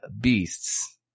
beasts